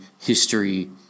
history